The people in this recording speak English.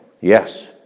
Yes